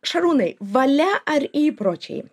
šarūnai valia ar įpročiai